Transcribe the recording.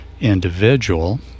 individual